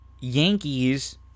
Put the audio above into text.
Yankees